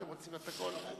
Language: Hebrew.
ואתם רוצים את הכול.